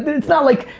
it's not like,